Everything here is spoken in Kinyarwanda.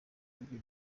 ibyo